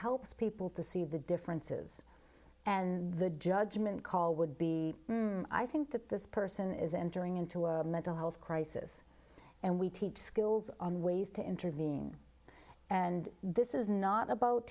helps people to see the differences and the judgment call would be i think that this person is entering into a mental health crisis and we teach skills on ways to intervene and this is not a bo